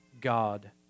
God